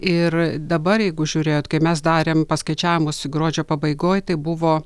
ir dabar jeigu žiūrėjot kai mes darėm paskaičiavimus gruodžio pabaigoj tai buvo